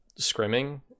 scrimming